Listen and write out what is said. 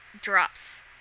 drops